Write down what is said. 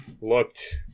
Looked